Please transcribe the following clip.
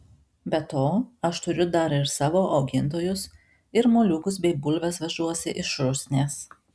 be to aš turiu dar ir savo augintojus ir moliūgus bei bulves vežuosi iš rusnės